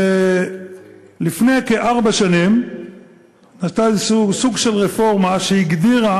לפני כארבע שנים הייתה רפורמה כלשהי שהגדירה